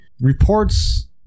reports